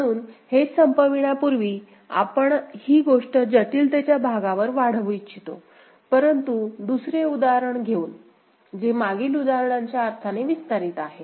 म्हणून हे संपविण्या पूर्वी आम्ही ही गोष्ट जटिलतेच्या भागावर वाढवू इच्छितो परंतु दुसरे उदाहरण घेऊन जे मागील उदाहरणांच्या अर्थाने विस्तारित आहे